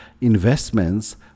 investments